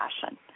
passion